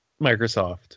Microsoft